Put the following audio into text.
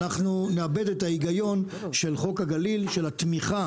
אנחנו נאבד את ההיגיון של חוק הגליל; של התמיכה